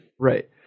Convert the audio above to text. right